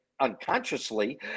unconsciously